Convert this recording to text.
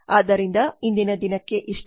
ಆದ್ದರಿಂದ ಇಂದಿನ ದಿನಕ್ಕೆ ಅಷ್ಟೆ